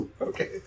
Okay